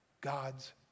God's